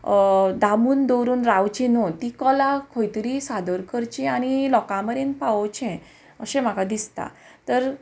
दामून दवरून रावची न्हू ती कोला खंय तरी सादर करची आनी लोकां मरेन पावोचे अशें म्हाका दिसता तर